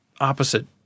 opposite